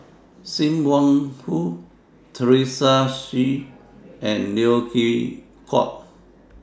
SIM Wong Hoo Teresa Hsu and Neo Chwee Kok